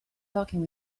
talking